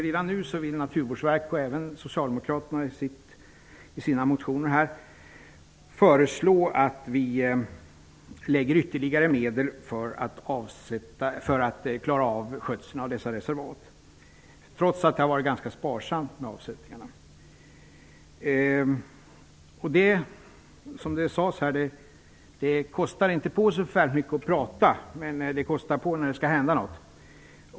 Redan nu vill Naturvårdsverket, och även socialdemokraterna i sina motioner, föreslå att vi anslår ytterligare medel för att klara skötseln av dessa reservat, trots att det varit ganska sparsamt med avsättningar. Som det sades tidigare kostar det inte så förfärligt mycket att prata, men det kostar när det skall hända något.